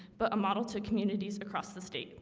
but a model to communities across the state.